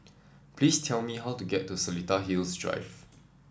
please tell me how to get to Seletar Hills Drive